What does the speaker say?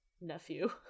nephew